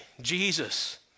jesus